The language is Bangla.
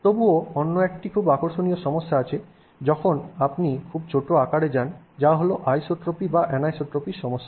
তবুও অন্য একটি খুব আকর্ষণীয় সমস্যা আছে যখন আপনি যখন খুব ছোট আকারে যান যা হলো আইসোট্রপি বা অ্যানিসোট্রপির সমস্যা